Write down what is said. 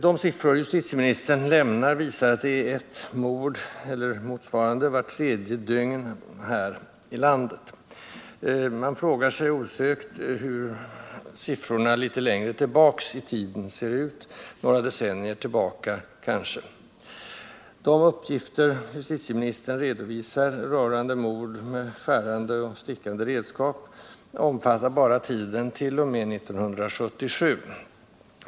De siffror som justitieministern lämnat visar att det här i landet begås ett mord eller ett motsvarande brott vart tredje dygn. Man frågar sig osökt hur siffrorna ser ut litet längre tillbaka i tiden, kanske några decennier tillbaka. De uppgifter som justitieministern redovisar rörande mord med skärande och stickande redskap omfattar bara tiden fram t.o.m. 1977.